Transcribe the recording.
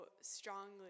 strongly